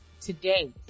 today